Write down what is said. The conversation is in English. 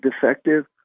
defective